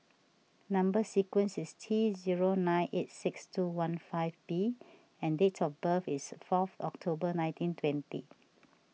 Number Sequence is T zero nine eight six two one five B and date of birth is fourth October nineteen twenty